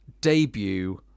debut